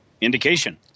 indication